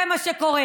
זה מה שקורה.